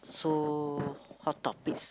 so hot topics